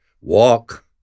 walk